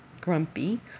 grumpy